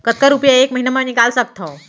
कतका रुपिया एक महीना म निकाल सकथव?